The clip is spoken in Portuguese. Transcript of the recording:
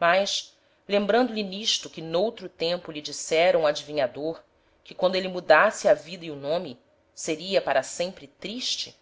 mas lembrando lhe n'isto que n'outro tempo lhe dissera um adivinhador que quando êle mudasse a vida e o nome seria para sempre triste